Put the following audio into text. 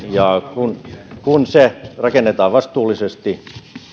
kun kun se rakennetaan vastuullisesti